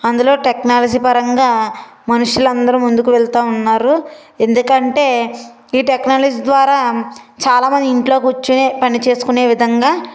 అందులో టెక్నాలజీ పరంగా మనుషులందరూ ముందుకు వెళ్తూ ఉన్నారు ఎందుకంటే ఈ టెక్నాలజీ ద్వారా చాలామంది ఇంట్లో కూర్చునే పని చేసుకునే విధంగా